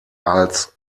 als